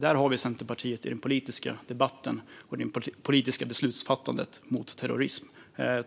Där har vi Centerpartiet i den politiska debatten och i det politiska beslutsfattandet mot terrorism.